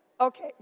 Okay